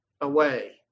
away